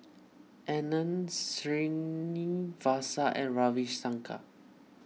Anand Srinivasa and Ravi Shankar